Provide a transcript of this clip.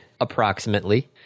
approximately